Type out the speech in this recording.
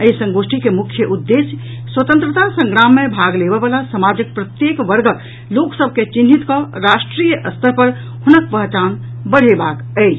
एहि संगोष्ठी के मुख्य उद्देश्य स्वतंत्रता संग्राम मे भाग लेबऽ वला समाजक प्रत्येक वर्ग के लोकसभ के चिन्हित कऽ राष्ट्रीय स्तर पर हुनक पहचान बढ़ेबाक अछि